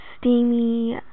steamy